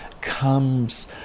comes